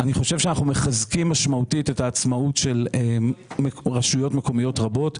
אני חושב שאנחנו מחזקים משמעותית את העצמאות של רשויות מקומיות רבות.